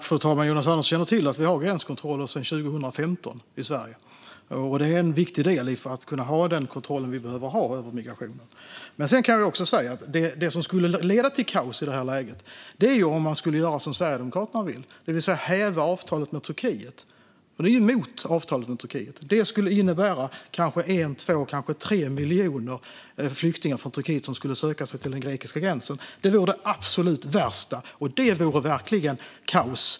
Fru talman! Jonas Andersson känner till att vi har haft gränskontroller sedan 2015 i Sverige, och detta är en viktig del för att kunna ha den kontroll vi behöver över migrationen. Det som skulle leda till kaos i det här läget är om man skulle göra som Sverigedemokraterna vill, det vill säga häva avtalet med Turkiet. SD är ju emot detta avtal. Det skulle innebära kanske 1, 2 eller 3 miljoner flyktingar från Turkiet som skulle söka sig till den grekiska gränsen. Det vore det absolut värsta - det vore verkligen kaos.